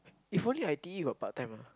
if only I_T_E got part-time ah